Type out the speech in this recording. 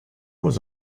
was